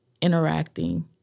interacting